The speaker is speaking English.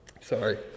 sorry